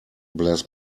bless